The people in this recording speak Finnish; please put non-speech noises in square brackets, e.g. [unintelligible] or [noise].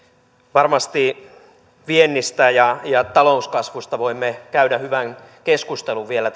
varmasti viennistä ja ja talouskasvusta voimme käydä hyvän keskustelun vielä [unintelligible]